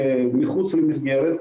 מחוץ למסגרת,